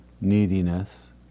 neediness